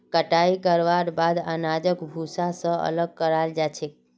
कटाई करवार बाद अनाजक भूसा स अलग कराल जा छेक